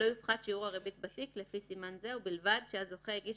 לא יופחת שיעור הריבית בתיק לפי סימן זה ובלבד שהזוכה הגיש